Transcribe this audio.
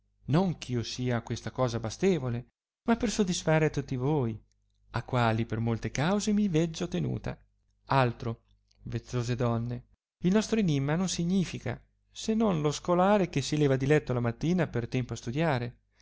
non eh io sia a questa cosa bastevole ma per sodisfare a tutti voi a quali per molte cause mi veggio tenuta altro vezzose donne il nostro enimma non significa se non lo scolare che si leva di letto la mattina per tempo a studiare